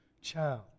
child